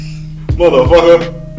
motherfucker